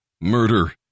murder